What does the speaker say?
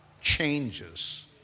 changes